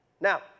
Now